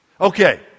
Okay